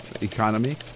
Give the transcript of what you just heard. economy